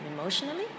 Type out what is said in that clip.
emotionally